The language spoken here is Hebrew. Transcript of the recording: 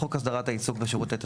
"חוק הסדרת העיסוק בשירותי תשלום"